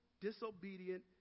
disobedient